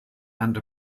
and